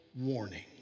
warning